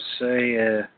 say